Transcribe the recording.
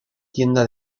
tienda